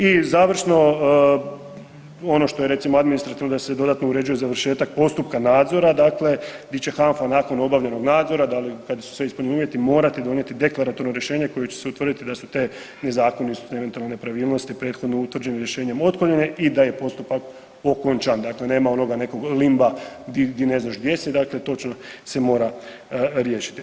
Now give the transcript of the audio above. I završno, ono što je recimo administrativno da se dodatno uređuje završetak postupka nadzora dakle bit će HANFA nakon obavljenog nadzora da li, kad se ispune uvjeti morati donijeti deklaratorno rješenje kojim će se utvrditi da su te nezakonitosti i eventualno nepravilnosti prethodno utvrđene rješenjem otklonjene i da je postupak okončan, dakle nema onoga nekog limba di ne znaš gdje si, dakle točno se mora riješiti.